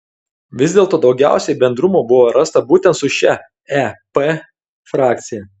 vis dėlto daugiausiai bendrumų buvo rasta būtent su šia ep frakcija